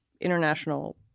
international